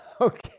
Okay